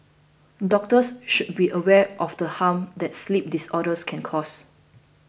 doctors should be aware of the harm that sleep disorders can cause